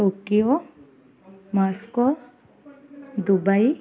Tokyo Moscow Dubai